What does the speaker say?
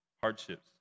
hardships